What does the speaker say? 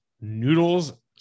noodles